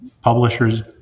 publishers